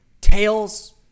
Tails